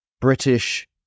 British